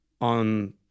on